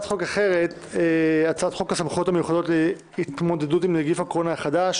אחרת היא הצעת חוק סמכויות מיוחדות להתמודדות עם נגיף הקורונה החדש